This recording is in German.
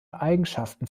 eigenschaften